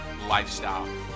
Lifestyle